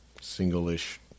single-ish